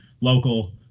local